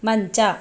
ಮಂಚ